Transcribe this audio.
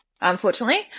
Unfortunately